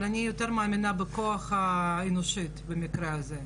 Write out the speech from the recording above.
אבל אני יותר מאמינה בכוח האנושי במקרה הזה.